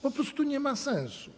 Po prostu nie ma sensu.